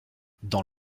dans